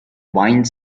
wine